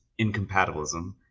incompatibilism